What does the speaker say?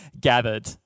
gathered